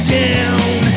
down